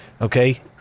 okay